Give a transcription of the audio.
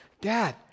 Dad